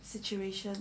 situation